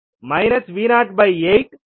5V0 0